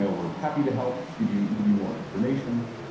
ah we're happy to help give you give you more information.